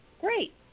Great